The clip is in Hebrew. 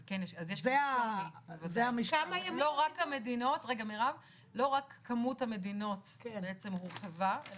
לא רק כמות המדינות בעצם הורחבה אלא